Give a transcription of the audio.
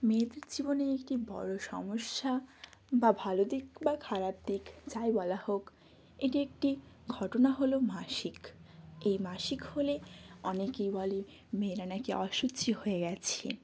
মেয়েদের জীবনে একটি বড় সমস্যা বা ভালো দিক বা খারাপ দিক যাই বলা হোক এটি একটি ঘটনা হলো মাসিক এই মাসিক হলে অনেকেই বলে মেয়েরা নাকি অশুচি হয়ে গেছে